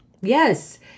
Yes